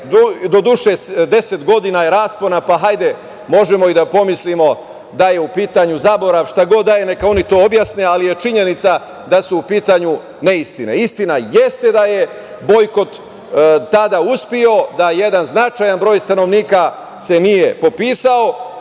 doduše 10 godina je raspona, pa hajde možemo i da pomislimo da je u pitanju zaborav. Šta god da je neka oni to objasne, ali je činjenica da su u pitanju neistine. Istina jeste da je bojkot tada uspeo, da jedan značajan broj stanovnika se nije popisao.